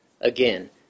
Again